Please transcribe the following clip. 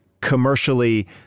commercially